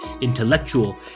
intellectual